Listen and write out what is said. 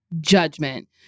judgment